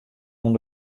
oan